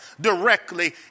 directly